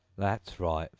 that's right,